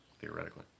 theoretically